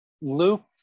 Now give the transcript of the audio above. Luke